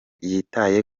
yitaye